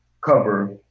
cover